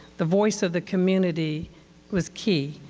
the voice of the community was key,